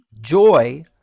Joy